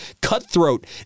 cutthroat